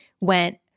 went